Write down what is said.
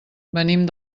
venim